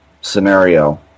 scenario